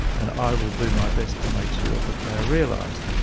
and i will do my best to make sure that they're realised.